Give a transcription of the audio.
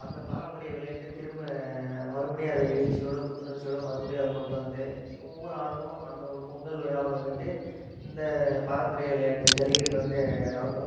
அந்த பராம்பரிய விளையாட்டை திரும்ப மறுபடியும் அதை எழுச்சியோடு புத்துணர்ச்சியோடு மறுபடியும் அதை கொண்டு வந்து ஒவ்வொரு ஆண்டும் அந்த ஒரு பொங்கல் விழாவில் வந்துட்டு இந்த பாரம்பரிய விளையாட்டு ஜல்லிக்கட்டு வந்து நடக்கும்